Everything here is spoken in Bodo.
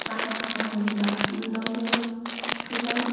आखा फाखा जायोब्ला इयुनावबो गोबां